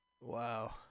Wow